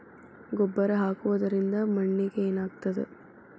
ಗೊಬ್ಬರ ಹಾಕುವುದರಿಂದ ಮಣ್ಣಿಗೆ ಏನಾಗ್ತದ?